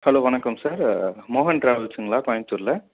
hello வணக்கம் sir மோகன் டிராவல்ஸுங்களா கோயம்த்தூரில்